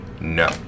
No